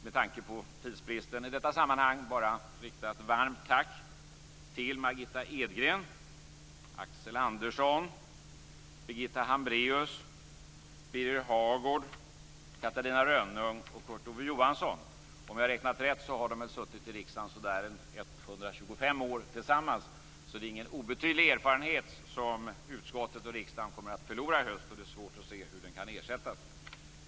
Med tanke på tidsbristen vill jag i detta sammanhang bara rikta ett varmt tack till Margitta Edgren, Catarina Rönnung och Kurt Ove Johansson. Om jag räknat rätt har de suttit i riksdagen i ungefär 125 år tillsammans, så det är ingen obetydlig erfarenhet som utskottet och riksdagen i höst förlorar. Det är svårt att se hur den kan ersättas.